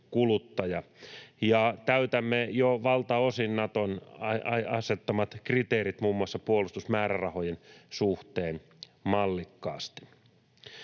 ja täytämme jo valtaosin Naton asettamat kriteerit muun muassa puolustusmäärärahojen suhteen mallikkaasti.